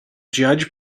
judge